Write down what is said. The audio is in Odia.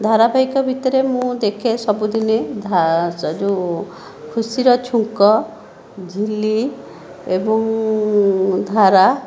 ଧାରାବାହିକ ଭିତରେ ମୁଁ ଦେଖେ ସବୁଦିନେ ଯେଉଁ ଖୁସିର ଛୁଙ୍କ ଝିଲି ଏବଂ ଧାରା